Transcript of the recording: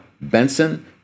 Benson